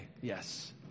yes